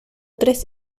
tres